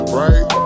right